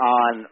on